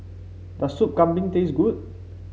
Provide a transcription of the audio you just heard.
does Soup Kambing taste good